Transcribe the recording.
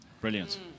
Brilliant